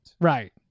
Right